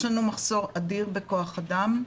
יש לנו מחסור אדיר בכח אדם,